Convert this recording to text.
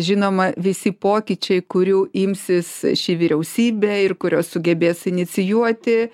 žinoma visi pokyčiai kurių imsis ši vyriausybė ir kuriuos sugebės inicijuoti